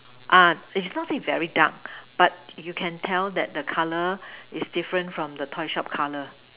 is not say very dark but you can tell that the color is different from the toy shop color